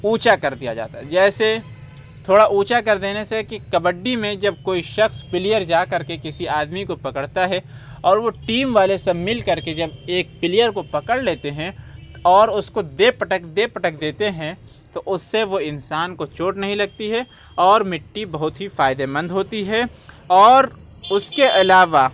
اونچا کر دیا جاتا ہے جیسے تھوڑا اونچا کر دینے سے کہ کبڈی میں جب کوئی شخص پلیئر جا کر کے کسی آدمی کو پکڑتا ہے اور وہ ٹیم والے سب مل کر کے جب ایک پلیئر کو پکڑ لیتے ہیں اور اس کو دے پٹخ دے پٹخ دیتے ہیں تو اس سے وہ انسان کو چوٹ نہیں لگتی ہے اور مٹی بہت ہی فائدے مند ہوتی ہے اور اس کے علاوہ